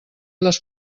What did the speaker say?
les